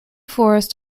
forest